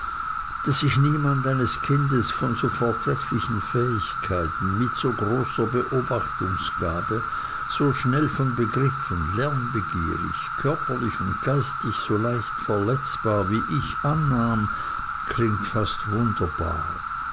daß sich niemand eines kindes von so vortrefflichen fähigkeiten und mit so großer beobachtungsgabe so schnell von begriffen lernbegierig körperlich und geistig so leicht verletzbar wie ich annahm klingt fast wunderbar